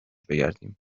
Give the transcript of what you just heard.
بگردیم